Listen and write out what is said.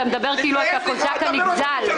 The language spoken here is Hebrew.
אתה מדבר כאילו אתה הקוזק הנגזל.